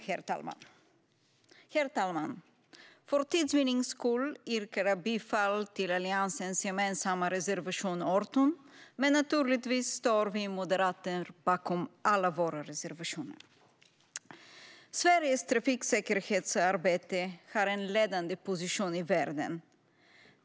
Herr talman! För tids vinnande yrkar jag bifall till Alliansens gemensamma reservation 18, men naturligtvis står vi moderater bakom alla våra reservationer. Sveriges trafiksäkerhetsarbete har en ledande position i världen.